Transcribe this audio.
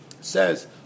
says